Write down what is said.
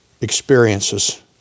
experiences